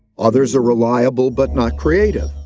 others are reliable but not creative,